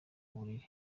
buriri